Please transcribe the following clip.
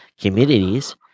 communities